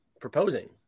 proposing